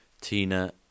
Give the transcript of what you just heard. Tina